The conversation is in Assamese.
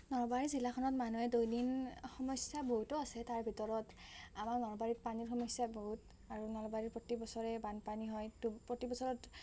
নলবাৰী জিলাখনত মানুহে দৈনিন সমস্যা বহুতো আছে তাৰ ভিতৰত আমাৰ নলবাৰীত পানীৰ সমস্যা বহুত আৰু নলবাৰীত প্ৰতি বছৰে বানপানী হয় প্ৰতি বছৰত